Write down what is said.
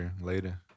later